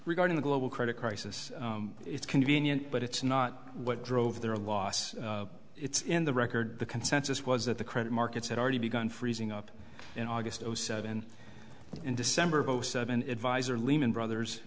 regarding the global credit crisis it's convenient but it's not what drove their loss it's in the record the consensus was that the credit markets had already begun freezing up in august of zero seven in december of zero seven adviser lehman brothers